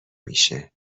میشه